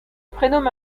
prénomme